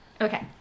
Okay